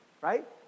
right